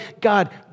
God